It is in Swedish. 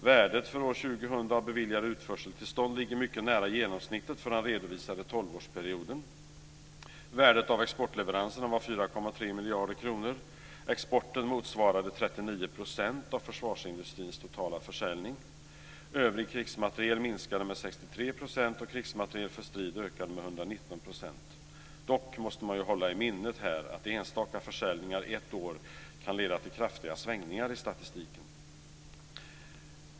Värdet för år 2000 av beviljade utförseltillstånd ligger mycket nära genomsnittet för den redovisade tolvårsperioden. Värdet av exportleveranserna var 4,3 miljarder kronor. Exporten motsvarade 39 % av försvarsindustrins totala försäljning. Övrig krigsmateriel minskade med 63 %, och krigsmateriel för strid ökade med 119 %. Dock måste man här hålla i minnet att enstaka försäljningar ett år kan leda till kraftiga svängningar i statistiken.